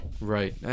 Right